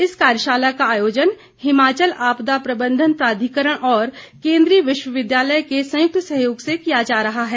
इस कार्यशाला का आयोजन हिमाचल आपदा प्रबंधन प्राधिकरण और केंद्रीय विश्वविद्यालय के संयुक्त सहयोग से हो रहा है